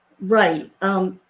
right